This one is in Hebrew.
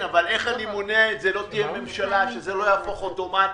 אבל זה הרבה חודשים, אתה צודק.